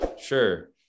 sure